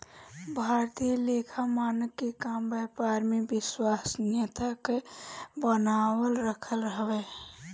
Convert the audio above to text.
भारतीय लेखा मानक के काम व्यापार में विश्वसनीयता के बनावल रखल हवे